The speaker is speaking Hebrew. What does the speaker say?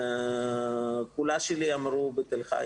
בתל חי